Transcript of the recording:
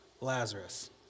Lazarus